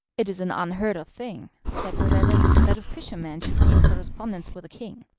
it is an unheard-of thing, said noureddin, that a fisherman should be in correspondence with a king.